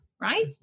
right